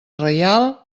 reial